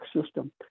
system